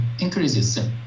increases